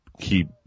keep